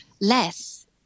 less